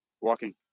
Walking